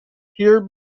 here